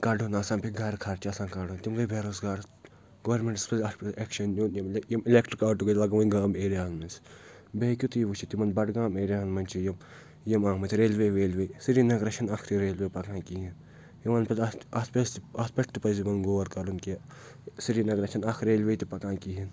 کَڑُن آسان بیٚیہِ گرٕ خَرچہٕ آسانَ کڑُن تِم گٔے بےٚ روزگارس گورمینٹَس پَزِ اَتھ پٮ۪ٹھ ایٚکش دیُن یِم ایلکٹرک آٹوٗ گٔے لَگٕنۍ گام ایریاہَن منٛز بیٚیہِ ہیٚکِو تُہۍ یہِ وٕچھِتھ یِمَن بَڈگام ایریاہَن منٛز چھِ یِم آمٕتۍ ریلوے ویلوے سرینَگرَس چھَنہٕ اَکھ تہِ ریلوے پَکان کِہیٖنۍ یِمَن پَزِ اَتھ اَتھ پزِ تہِ اَتھ پٮ۪ٹھ تہِ پَزِ یِممَن غور کَرُن کہِ سرینَگرَس چھَنہٕ اَکھ ریلوے تہِ پَکان کِہیٖنۍ